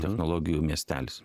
technologijų miestelis